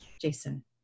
Jason